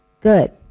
Good